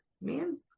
man